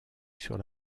sur